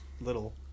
little